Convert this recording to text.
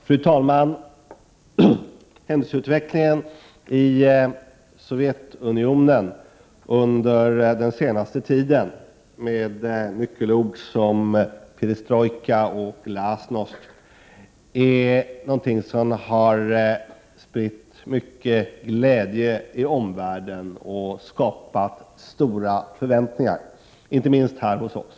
Fru talman! Händelseutvecklingen i Sovjetunionen under den senaste tiden, med nyckelord som perestrojka och glasnost, är någonting som har spritt mycken glädje i omvärlden och skapat stora förväntningar, inte minst här hos oss.